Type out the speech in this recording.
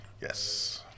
Yes